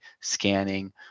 scanning